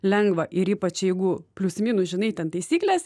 lengva ir ypač jeigu plius minus žinai ten taisyklės